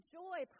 joy